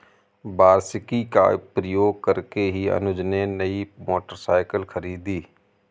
वार्षिकी का प्रयोग करके ही अनुज ने नई मोटरसाइकिल खरीदी